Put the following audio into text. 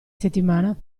settimana